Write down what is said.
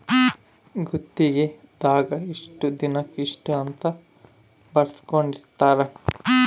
ಗುತ್ತಿಗೆ ದಾಗ ಇಷ್ಟ ದಿನಕ ಇಷ್ಟ ಅಂತ ಬರ್ಸ್ಕೊಂದಿರ್ತರ